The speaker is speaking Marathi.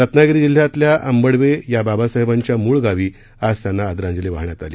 रत्नागिरी जिल्ह्यातल्या आंबडवे बाबासाहेबांच्या मूळ गावी आज त्यांना आदरांजली वाहण्यात आली